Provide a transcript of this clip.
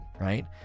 right